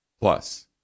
Plus